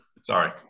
Sorry